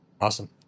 awesome